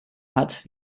hat